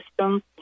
system